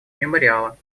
мемориала